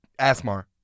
Asmar